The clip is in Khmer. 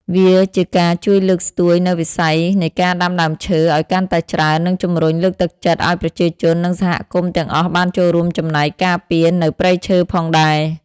វាជាការជួយលើកស្ទួយនូវវិស័យនៃការដាំដើមឈើឲ្យកាន់តែច្រើន និងជំរុញលើកទឹកចិត្តឲ្យប្រជាជននិងសហគមន៍ទាំងអស់បានចូលរួមចំណែកការពារនៅព្រៃឈើផងដែរ។